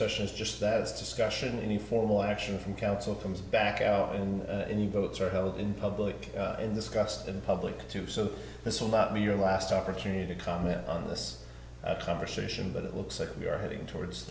session is just that discussion any formal action from council comes back out on any votes are held in public in this custom public too so this will not be your last opportunity to comment on this conversation but it looks like we are heading towards